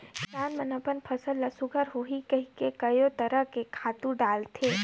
किसान मन अपन फसल ल सुग्घर होही कहिके कयो तरह के खातू डालथे